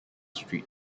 street